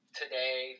today